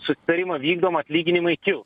susitarimą vykdom atlyginimai kils